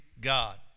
God